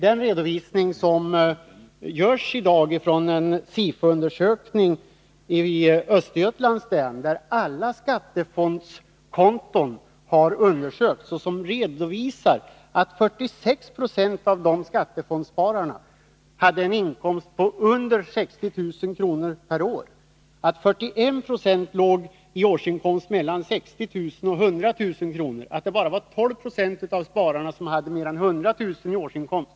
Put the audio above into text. Den redovisning som görs i dag ifrån en SIFO-undersökning i Östergötlands län, där alla skattefondskonton har undersökts, visar att 46 90 av skattefondsspararna hade en inkomst på under 60 000 kr. per år, att 41 90 låg mellan 60 000 och 100 000 kr. per år och bara 12 26 hade mer än 100 000 kr. i årsinkomst.